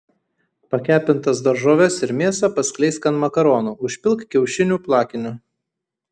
pakepintas daržoves ir mėsą paskleisk ant makaronų užpilk kiaušinių plakiniu